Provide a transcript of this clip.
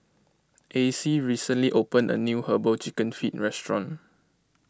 Acy recently opened a new Herbal Chicken Feet Restaurant